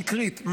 שקרית,